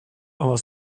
our